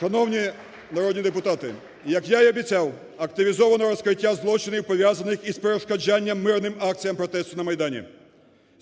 Шановні народні депутати! Як я і обіцяв, активізовано розкриття злочинів, пов'язаних із перешкоджанням мирним акціям протесту на Майдані.